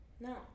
No